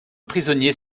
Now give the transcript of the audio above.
prisonniers